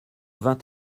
vingt